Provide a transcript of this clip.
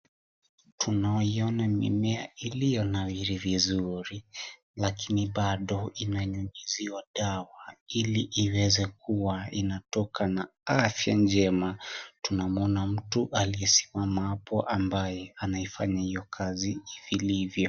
Tunaiona mimea iliyonawiri vizuri, lakini bado inanyunyiziwa dawa. Ili iweze kuwa inatoka na afya njema. Tunamwona mtu aliyesimama hapo ambaye anaifanya hiyo kazi vilivyo.